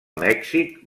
mèxic